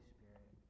Spirit